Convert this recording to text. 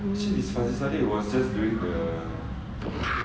actually this fauzi salleh was just doing the